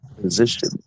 Position